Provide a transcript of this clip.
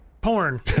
porn